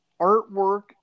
artwork